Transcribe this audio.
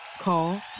Call